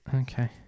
Okay